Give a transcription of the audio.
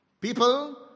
People